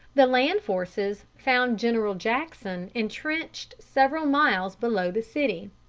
the land forces found general jackson intrenched several miles below the city.